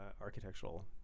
architectural